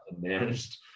managed